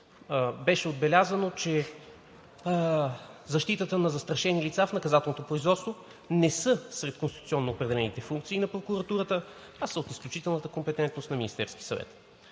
Беше отбелязано, че защитата на застрашени лица в наказателното производство не са сред конституционно определените функции на прокуратурата, а са от изключителната компетентност на Министерския съвет.